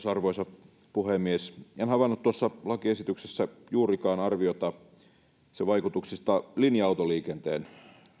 arvoisa puhemies en havainnut tuossa lakiesityksessä juurikaan arviota sen vaikutuksista linja autoliikenteen